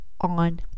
on